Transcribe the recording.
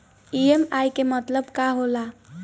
EMI के मतलब का होला?